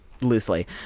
loosely